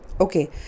okay